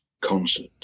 concert